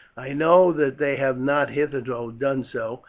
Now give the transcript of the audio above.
i know that they have not hitherto done so,